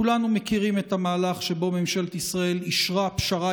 כולנו מכירים את המהלך שבו ממשלת ישראל אישרה פשרה